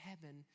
heaven